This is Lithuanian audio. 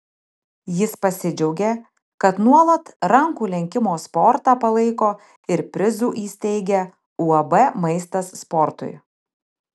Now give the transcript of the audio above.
jis pasidžiaugė kad nuolat rankų lenkimo sportą palaiko ir prizų įsteigia uab maistas sportui